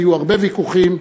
היו הרבה ויכוחים,